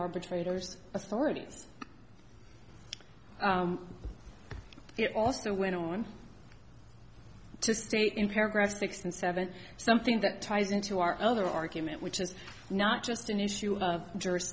arbitrators authorities it also went on to state in paragraph six and seven something that ties into our other argument which is not just an issue of